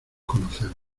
conocemos